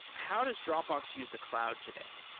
how does dropbox use the cloud today?